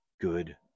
good